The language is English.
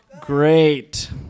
Great